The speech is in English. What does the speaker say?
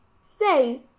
stay